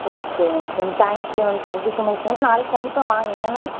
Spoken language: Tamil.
okay ma'am ma'am thank you ma'am thank you so much ma'am நாளைக்கு கண்டிப்பாக வாங்க என்ன மேம்